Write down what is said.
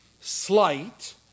slight